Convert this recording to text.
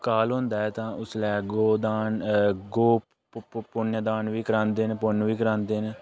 काल होंदा ऐ तां उसलै गौ दान गौ पुन्नदान बी करांदे न पुन्न बी करांदे न